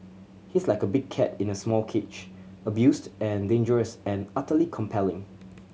he's like a big cat in a small cage abused and dangerous and utterly compelling